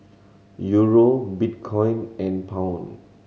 Euro Bitcoin and Pound